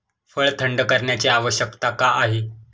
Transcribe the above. फळ थंड करण्याची आवश्यकता का आहे?